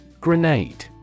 Grenade